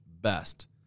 best